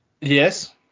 Yes